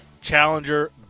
Challenger